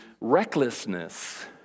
recklessness